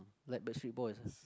like backstreet-boys ah